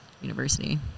university